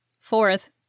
Fourth